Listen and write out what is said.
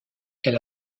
elle